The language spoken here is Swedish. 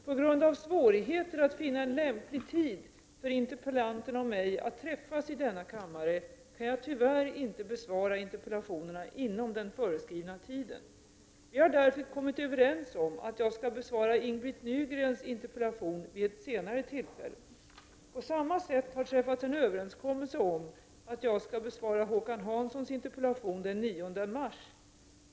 På grund av svårigheter att finna en lämplig tid för interpellanterna och mig att träffas i denna kammare kan jag tyvärr inte besvara interpellationerna inom den föreskrivna tiden. Vi har därför kommit överens om att jag skall besvara Ing-Britt Nygrens interpellation vid ett senare tillfälle. På samma sätt har en överenskommelse träffats om att jag skall besvara Håkan Hanssons interpellation den 9 mars.